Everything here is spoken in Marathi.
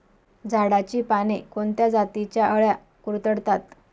झाडाची पाने कोणत्या जातीच्या अळ्या कुरडतात?